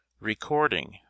Recording